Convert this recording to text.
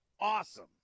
Awesome